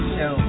Show